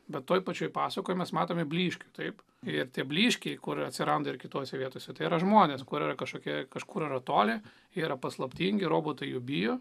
bet toj pačioj pasakoj mes matome blyškių taip ir tie blyškiai kur atsiranda ir kitose vietose tai yra žmonės kur yra kažkokie kažkur yra toli jie yra paslaptingi robotai jų bijo